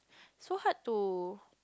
so hard to